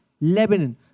Lebanon